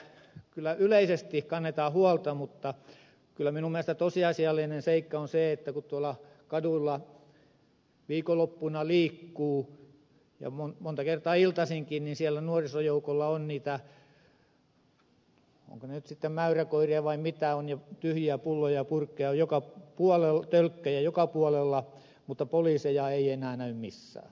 täällä kyllä yleisesti kannetaan huolta mutta kyllä minun mielestäni tosiasiallinen seikka on se että kun tuolla kaduilla viikonloppuina liikkuu ja monta kertaa iltaisinkin niin siellä nuorisojoukoilla on ovatko ne nyt sitten mäyräkoiria vai mitä ne nyt sitten ovat ja tyhjiä pulloja ja tölkkejä on joka puolella mutta poliiseja ei enää näy missään